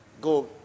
go